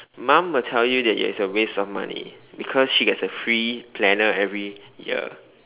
mum will tell you that is it a waste of money because she gets a free planner every year